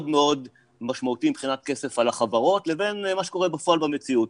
מאוד משמעותי מבחינת כסף על החברות לבין מה שקורה בפועל במציאות.